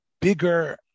bigger